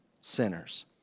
sinners